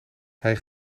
hij